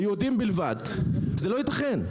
ליהודים בלבד זה לא ייתכן.